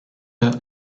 der